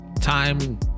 time